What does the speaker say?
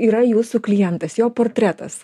yra jūsų klientas jo portretas